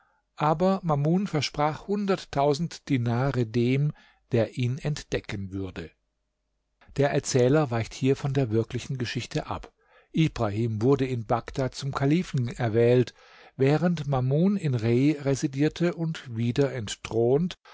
aber mamun versprach hunderttausend dinare dem der ihn entdecken würde der erzähler weicht hier von der wirklichen geschichte ab ibrahim wurde in bagdad zum kalifen erwählt während mamun in rei residierte und wieder entthront